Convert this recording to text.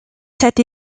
cette